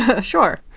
Sure